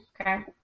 Okay